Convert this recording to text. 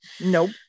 Nope